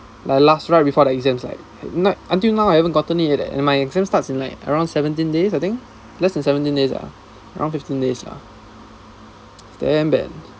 like last right before the exams like but until now I haven't gotten it leh and my exam starts in like around seventeen days I think less than seventeen days ah around fifteen days lah damn bad